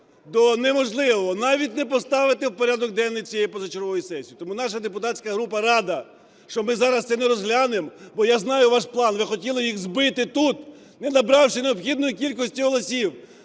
до неможливого – навіть не поставити в порядок денний цієї позачергової сесії. Тому наша депутатська група рада, що ми зараз це не розглянемо, бо я знаю ваш план: ви хотіли їх збити тут, не набравши необхідної кількості голосів.